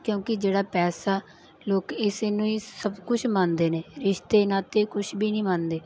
ਕਿਉਂਕਿ ਜਿਹੜਾ ਪੈਸਾ ਲੋਕ ਇਸ ਨੂੰ ਹੀ ਸਭ ਕੁਛ ਮੰਨਦੇ ਨੇ ਰਿਸ਼ਤੇ ਨਾਤੇ ਕੁਝ ਵੀ ਨਹੀਂ ਮੰਨਦੇ